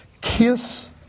kiss